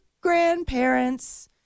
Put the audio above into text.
grandparents